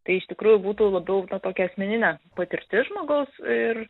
tai iš tikrųjų būtų labiau tokia asmeninė patirtis žmogaus ir